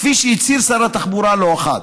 כפי שהצהיר שר התחבורה לא אחת.